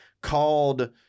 called